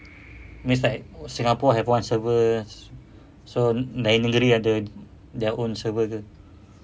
means like singapore have one server so lain negeri ada their own server ke